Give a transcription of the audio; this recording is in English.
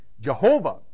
Jehovah